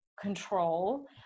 control